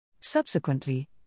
Subsequently